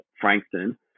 Frankston